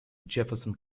jefferson